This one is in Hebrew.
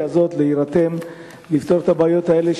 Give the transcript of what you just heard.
הזאת להירתם לפתור את הבעיות האלה,